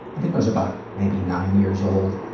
i think i was about maybe nine years old,